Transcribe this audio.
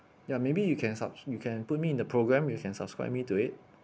ya maybe you can subs~ you can put me in the programme you can subscribe me to it